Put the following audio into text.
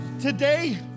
Today